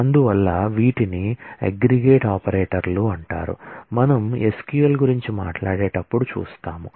అందువల్ల వీటిని అగ్రిగేట్ ఆపరేటర్లు అంటారు మనం SQL గురించి మాట్లాడేటప్పుడు చూస్తాము